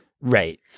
Right